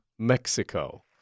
Mexico